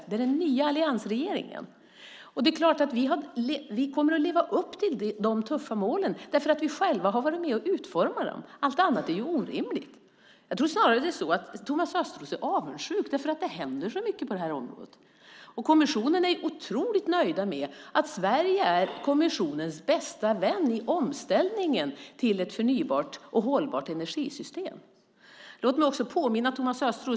Det är klart att vi kommer att leva upp till de tuffa målen, därför att vi själva har varit med och utformat dem. Allt annat vore orimligt. Jag tror snarare att det är så att Thomas Östros är avundsjuk därför att det händer så mycket på det här området. Och kommissionen är otroligt nöjd med att Sverige är kommissionens bästa vän i omställningen till ett förnybart och hållbart energisystem.